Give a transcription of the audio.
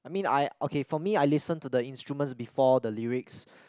I mean I okay for me I listen to the instruments before the lyrics